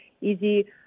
easy